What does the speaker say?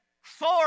four